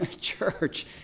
church